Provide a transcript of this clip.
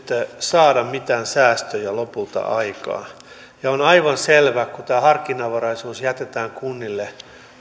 saada mitään säästöjä lopulta aikaan on aivan selvää että kun tämä harkinnanvaraisuus jätetään kunnille tätä